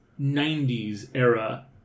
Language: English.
90s-era